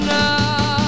now